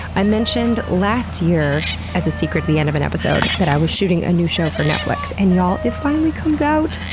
i mentioned last year, as a secret at the end of an episode, that i was shooting a new show for netflix. and y'all, it finally comes out!